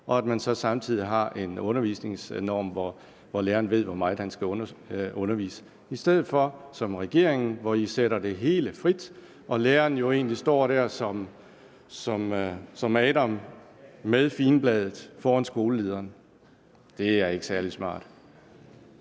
og at man så samtidig har en undervisningsnorm, hvor læreren ved, hvor meget han skal undervise, i stedet for det, regeringen gør, nemlig sætter det hele fri, og læreren egentlig står der som Adam med figenbladet foran skolelederen. Det er ikke særlig smart.